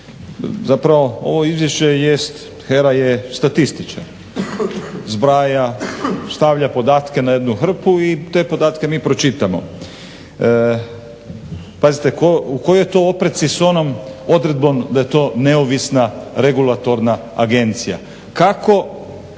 Zapravo ovo izvješće jest, HERA je statističar zbraja, stavlja podatke na jednu hrpu i te podatke mi pročitamo. Pazite u kojoj je to opreci sa onom odredbom da je to neovisna regulatorna agencija. Kako